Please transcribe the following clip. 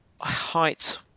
height